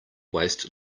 waste